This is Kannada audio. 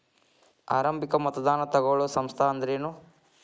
ಆರಂಭಿಕ್ ಮತದಾನಾ ತಗೋಳೋ ಸಂಸ್ಥಾ ಅಂದ್ರೇನು?